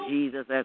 Jesus